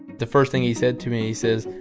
the first thing he said to me, he says,